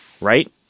Right